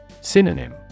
Synonym